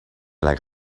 like